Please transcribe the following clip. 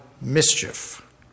mischief